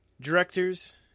directors